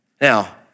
Now